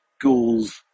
ghouls